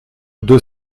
deux